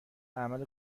عمل